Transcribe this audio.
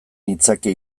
nitzake